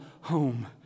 home